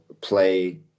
play